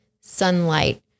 sunlight